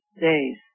days